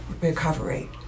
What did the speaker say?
recovery